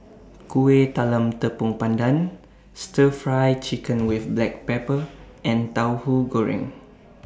Kuih Talam Tepong Pandan Stir Fry Chicken with Black Pepper and Tauhu Goreng